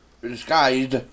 disguised